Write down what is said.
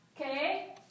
Okay